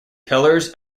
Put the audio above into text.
pillars